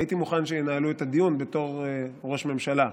הייתי מוכן שינהלו את הדיון בתור ראש ממשלה.